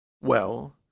Well